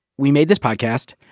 we made this podcast.